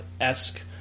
esque